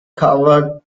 covered